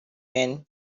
man